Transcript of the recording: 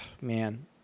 man